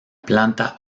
planta